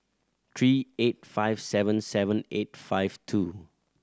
three eight five seven seven eight five two